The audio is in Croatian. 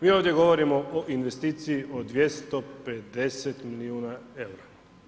Mi ovdje govorimo o investiciji od 250 milijuna eura.